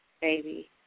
baby